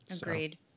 Agreed